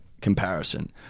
comparison